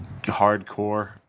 hardcore